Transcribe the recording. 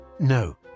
No